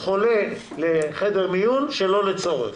חולה לחדר מיון שלא לצורך.